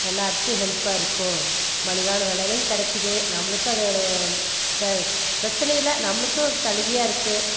எல்லோத்துக்கும் ஹெல்ப்பாக இருக்கும் மலிவான விலைலயும் கிடைக்கிது நம்மளுக்கு அது ஒரு பிரச்சனை இல்லை நம்மளுக்கும் சலுகையாக இருக்குது